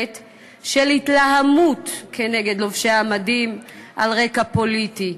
של התלהמות נגד לובשי המדים על רקע פוליטי.